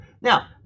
Now